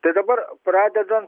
tai dabar pradeda